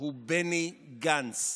הוא בני גנץ,